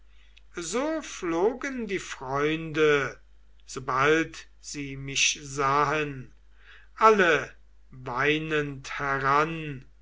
so flogen die freunde sobald sie mich sahen alle weinend heran